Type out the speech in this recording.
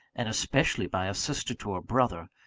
and especially by a sister to a brother,